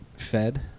Fed